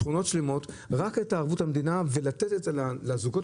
שכונות שלמות רק עם ערבות מדינה לתת את זה לזוגות